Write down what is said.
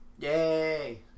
Yay